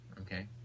okay